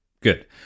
Good